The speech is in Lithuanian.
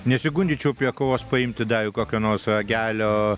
nesusigundyčiau prie kavos paimti dar kokio nors ragelio